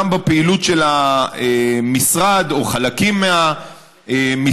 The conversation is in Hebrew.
גם בפעילות של המשרד או חלקים מהמשרד.